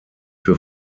für